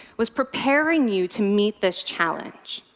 was preparing you to meet this challenge?